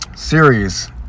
series